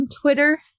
Twitter